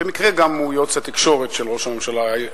שבמקרה הוא גם יועץ התקשורת של ראש הממשלה,